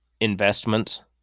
investments